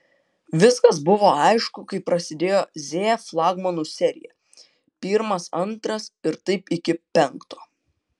viskas buvo aišku kai prasidėjo z flagmanų serija pirmas antras ir taip iki penkto